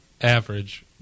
Average